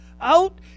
out